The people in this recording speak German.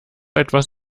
etwas